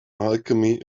alchemy